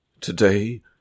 Today